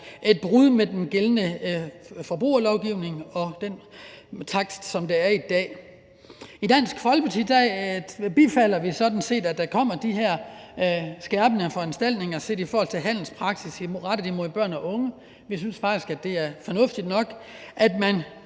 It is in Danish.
et brud med den gældende forbrugerlovgivning. I Dansk Folkeparti bifalder vi sådan set, at der kommer de her skærpede foranstaltninger i forhold til handelspraksis rettet imod børn og unge. Vi synes faktisk, det er fornuftigt nok, at man